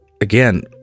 again